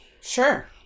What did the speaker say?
sure